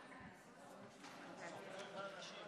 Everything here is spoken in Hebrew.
אדוני היושב-ראש,